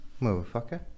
Motherfucker